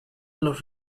los